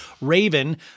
Raven